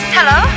Hello